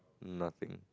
nothing